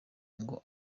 ngo